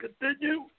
continue